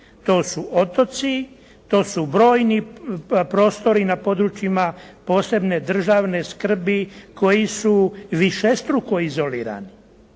To su otoci. To su brojni prostori na područjima posebne državne skrbi koji su višestruko izolirani